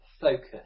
focus